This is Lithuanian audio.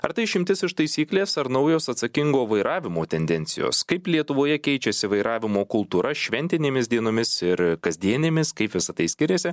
ar tai išimtis iš taisyklės ar naujos atsakingo vairavimo tendencijos kaip lietuvoje keičiasi vairavimo kultūra šventinėmis dienomis ir kasdienėmis kaip visa tai skiriasi